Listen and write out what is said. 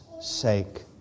sake